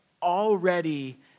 already